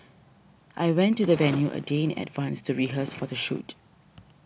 I went to the venue a day in advance to rehearse for the shoot